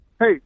Hey